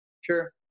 Sure